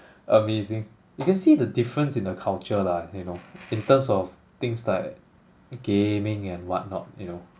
amazing you can see the difference in the culture lah you know in terms of things like gaming and whatnot you know